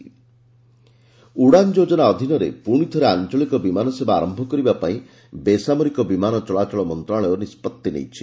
civil aviation Udan Udan ଯୋଜନା ଅଧୀନରେ ପୁଣି ଥରେ ଆଞ୍ଚଳିକ ବିମାନ ସେବା ଆରମ୍ଭ କରିବାପାଇଁ ବେସାମରିକ ବିମାନ ଚଳାଚଳ ମନ୍ତ୍ରଣାଳୟ ନିଷ୍ପଭି ନେଇଛି